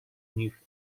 nich